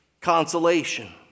consolation